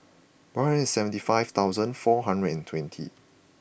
one hundred and seventy five thousand four hundred and twenty